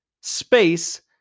space